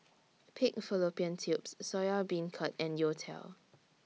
Pig Fallopian Tubes Soya Beancurd and Youtiao